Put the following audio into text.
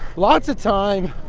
lots of times,